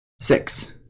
Six